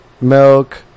milk